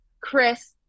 chris